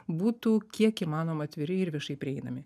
būtų kiek įmanoma atviri ir viešai prieinami